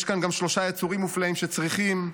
יש כאן גם שלושה יצורים מופלאים שצריכים,